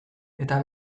eta